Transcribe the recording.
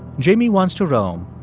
jamie wants to roam.